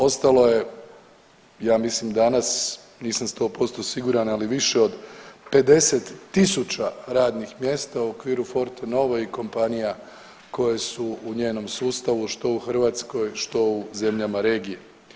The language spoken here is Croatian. Ostalo je ja mislim danas nisam sto posto siguran, ali više od 50 000 radnih mjesta u okviru Fortenove i kompanija koje su u njenom sustavu što u Hrvatskoj, što u zemljama regije.